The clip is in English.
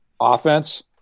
offense